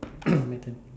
my turn